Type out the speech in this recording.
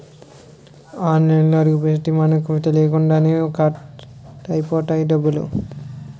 ఆన్లైన్లోకి అడుగుపెడితే మనకు తెలియకుండానే కట్ అయిపోతాయి డబ్బులు